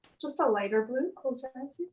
just a lighter blue. close your eyes,